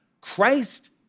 Christ